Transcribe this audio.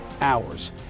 hours